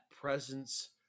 presence